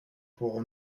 pour